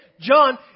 John